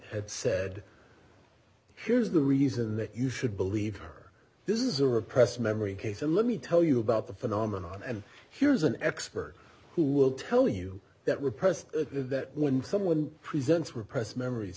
had said here's the reason that you should believe her this is a repressed memory case and let me tell you about the phenomenon and here's an expert who will tell you that repressed that when someone presents repressed memories